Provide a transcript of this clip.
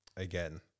Again